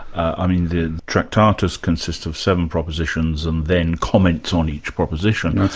i mean the tractatus consists of seven propositions and then comments on each proposition. that's